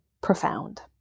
profound